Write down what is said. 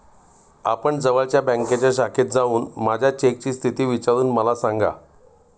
आपण जवळच्या बँकेच्या शाखेत जाऊन माझ्या चेकची स्थिती विचारून मला सांगा